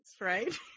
right